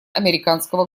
американского